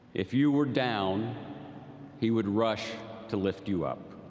if you were down he would rush to lift you up.